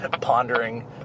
Pondering